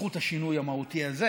בזכות השינוי המהותי הזה.